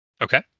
Okay